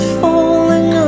falling